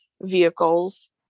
vehicles